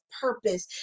purpose